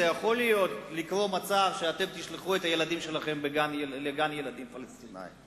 יכול לקרות מצב שאתם תשלחו את הילדים שלכם לגן-ילדים פלסטיני.